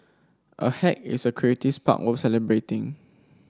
a hack is a spark worth celebrating